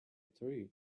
tree